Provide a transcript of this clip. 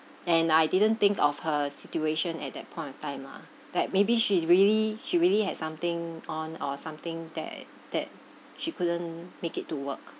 and I didn't think of her situation at that point of time lah that maybe she really she really had something on or something that that she couldn't make it to work